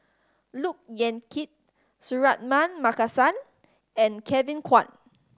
Look Yan Kit Suratman Markasan and Kevin Kwan